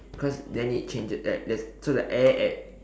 cause then it change like there's that so the air at